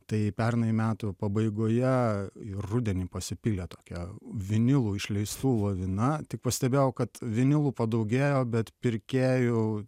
tai pernai metų pabaigoje ir rudenį pasipylė tokia vinilų išleistų lavina tik pastebėjau kad vinilų padaugėjo bet pirkėjų